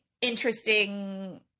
interesting